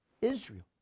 Israel